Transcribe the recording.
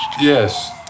Yes